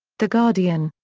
the guardian.